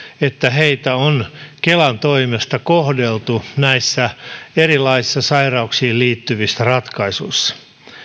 että heitä on kelan toimesta kohdeltu näissä erilaisissa sairauksiin liittyvissä ratkaisuissa